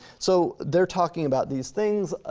so they're talking about these things.